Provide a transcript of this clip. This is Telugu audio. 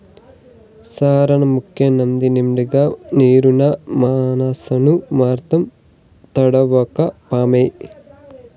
సార్నముకే నదినిండుగా నీరున్నా మనసేను మాత్రం తడవక పాయే